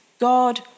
God